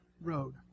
road